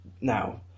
Now